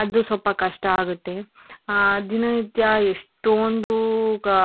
ಅದು ಸ್ವಲ್ಪ ಕಷ್ಟ ಆಗುತ್ತೆ ದಿನನಿತ್ಯ ಎಷ್ಟೋಂದು ಗಾ